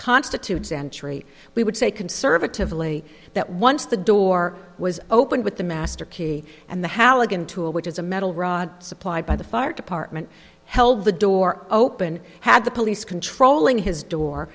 constitutes entry we would say conservatively that once the door was opened with the master key and the how to get into it which is a metal rod supplied by the fire department held the door open had the police controlling his door